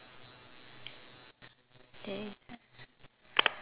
okay